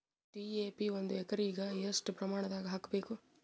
DAP ಒಂದು ಎಕರಿಗ ಎಷ್ಟ ಪ್ರಮಾಣದಾಗ ಹಾಕಬೇಕು?